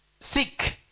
seek